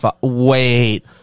wait